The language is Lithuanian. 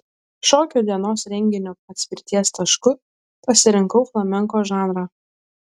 šokio dienos renginio atspirties tašku pasirinkau flamenko žanrą